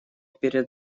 перед